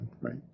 right